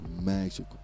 magical